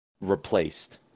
replaced